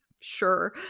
sure